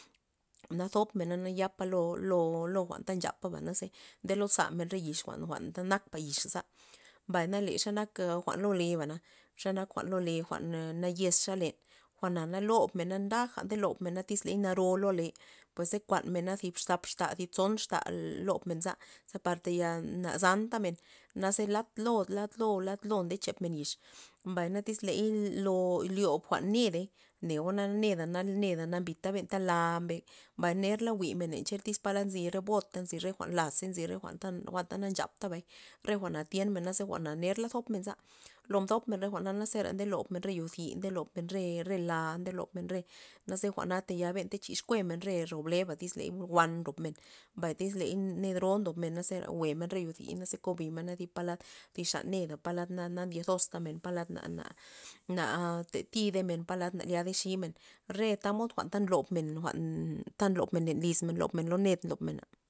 Na zopmena na yapa lo- lo- lo jwa'n ta nchapa ze na ndeloza men re yix jwa'n- jwa'n nakpa yixa za, mbay na le xa nak jwa'n ta nak lo lebana xe jwa'n ta nak lo le na naxez xa len, jwa'na lobmena taja nde lobmena tyz naro lo le pues ze kuanmena lo zi zap exta tson exta tson esta lob menza ze par tayal na zantamen, naze lad lo lad lo nde chepmen yix mbay na tyz ley lo lyob jwa'n ne neo na neda na nambita la mbe mbay ner la jwi'men cha tyz palad nzy re bot nzi re jwa'n lazey nzi re jwa'n anta na nchap tabay re jwa'na tyenmenza jwa'na ner la zop men za lo mtop re jwa'na na zera nde lobmen re yo yi nde lob mne re re la nde lob men re naze jwa'na tayal nde chix jwe'mena ro bebla tyz ley jwa'n ndob men mbay tyz ley ned ro ndob mena zera jwe'mena re yoziy ze kubimena zi palad thi zan neka palad na na ndyen zosta men palad na na tatidi men palad na liadey ximen re jwa'n tamod nlob jwa'n ta nlob men len lyzmen lobmen lo ned lob mena